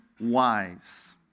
wise